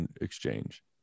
exchange